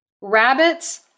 rabbits